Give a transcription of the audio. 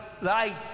life